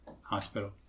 hospital